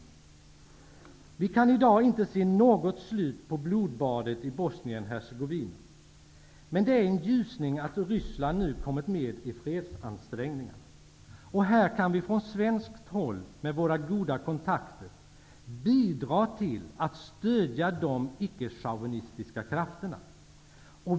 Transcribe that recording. Vi kan i dag inte se något slut på blodbadet i Bosnien-Hercegovina. Men det är en ljusning att Ryssland nu har kommit med i fredsansträngningarna. Här kan vi från svenskt håll med våra goda kontakter bidra till att stödja de icke-chauvinistiska krafterna.